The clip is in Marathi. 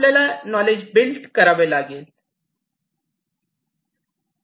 आपल्याला नॉलेज बिल्ट करावे लागेल